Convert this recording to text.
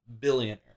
Billionaire